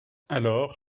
alors